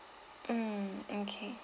mm okay